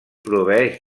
proveeix